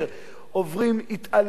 עוברים התעללויות,